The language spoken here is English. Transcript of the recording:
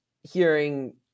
hearing